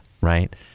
Right